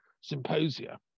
symposia